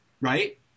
right